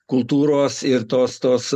kultūros ir tos tos